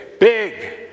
big